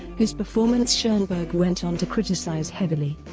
whose performance schonberg went on to criticize heavily.